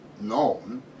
known